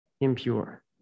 impure